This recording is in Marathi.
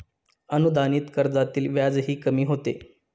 अनुदानित कर्जातील व्याजही कमी होते